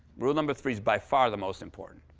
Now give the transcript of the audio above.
rule number three is by far the most important.